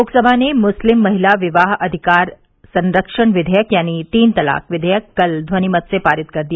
लोकसभा ने मुस्लिम महिला विवाह अधिकार संरक्षण विधेयक यानी तीन तलाक विधेयक कल ध्वनि मत से पारित कर दिया